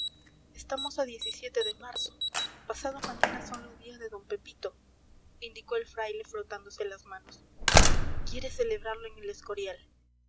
estamos a de marzo pasado mañana son los días de d pepito indicó el fraile frotándose las manos quiere celebrarlo en el escorial